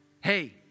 Hey